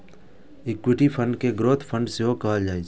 equity fund कें growth fund सेहो कहल जाइ छै